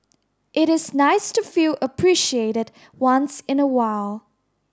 it is nice to feel appreciated once in a while